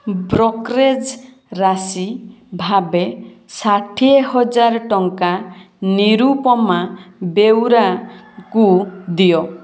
brokerage ରାଶି ଭାବେ ଷାଠିଏ ହଜାର ଟଙ୍କା ନିରୁପମା ବେଉରାଙ୍କୁ ଦିଅ